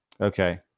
Okay